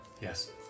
Yes